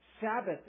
Sabbath